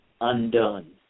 undone